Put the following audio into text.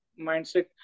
mindset